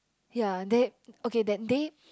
ya that okay that day